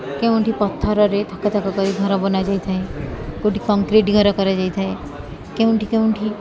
କେଉଁଠି ପଥରରେ ଥାକ ଥାକ କରି ଘର ବନା ଯାଇଥାଏ କେଉଁଠି କଂକ୍ରିଟ୍ ଘର କରାଯାଇଥାଏ କେଉଁଠି କେଉଁଠି